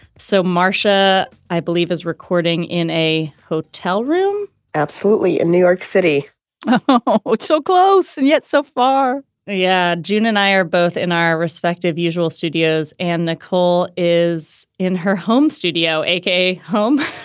so marcia, i believe, is recording in a hotel room absolutely. in new york city oh, it's so close and yet so far yeah. june and i are both in our respective usual studios. and nicole is in her home studio, a k a. home